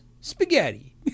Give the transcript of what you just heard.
spaghetti